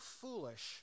foolish